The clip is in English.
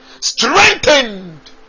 strengthened